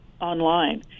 online